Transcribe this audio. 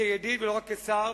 כידיד, לא רק כשר.